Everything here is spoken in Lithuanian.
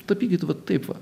tapykit va taip va